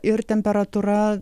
ir temperatūra